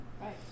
Right